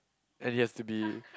and it has to be